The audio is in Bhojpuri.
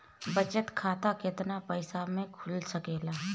बचत खाता केतना पइसा मे खुल सकेला?